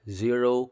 zero